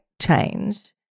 change